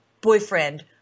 boyfriend